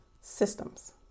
systems